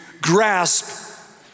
grasp